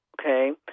okay